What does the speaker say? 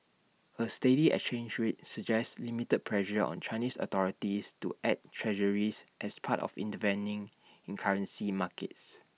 A steady exchange rate suggests limited pressure on Chinese authorities to add Treasuries as part of intervening in currency markets